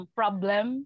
problem